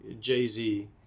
Jay-Z